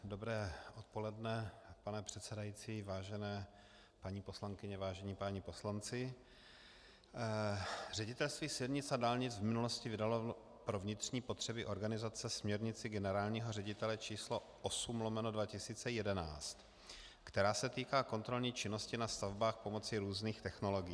Dobré odpoledne, pane předsedající, vážené paní poslankyně, vážení páni poslanci, ŘSD v minulosti vydalo pro vnitřní potřeby organizace směrnici generálního ředitele č. 8/2011, která se týká kontrolní činnosti na stavbách pomocí různých technologií.